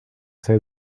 say